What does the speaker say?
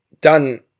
done